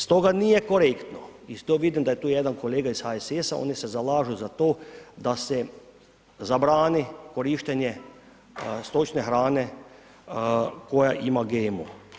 Stoga nije korektno i to vidim da je tu jedan kolega iz HSS-a, oni se zalažu za to da se zabrani korištenje stočne hrane koja ima GMO.